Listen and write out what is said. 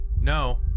No